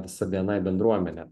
visa bni bendruomene